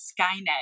Skynet